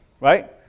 right